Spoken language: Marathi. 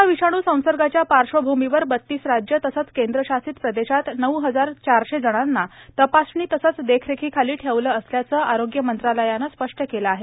कोरोना विषाणू संसर्गाच्या पार्श्वभूमीवर बत्तीस राज्य तसंच केंद्रशासित प्रदेशात नऊ हजार चारशे जणांना तपासणी तसंच देखरेखीखाली ठेवलं असल्याचं आरोग्य मंत्रालयानं स्पष्ट केलं आहे